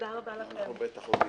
הישיבה